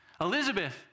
Elizabeth